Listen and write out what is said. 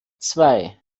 zwei